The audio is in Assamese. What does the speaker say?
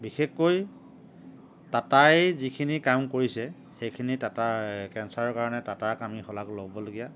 বিশেষকৈ টাটাই যিখিনি কাম কৰিছে সেইখিনি টাটাই কেঞ্চাৰৰ কাৰণে টাটাক আমি সলাগ ল'বলগীয়া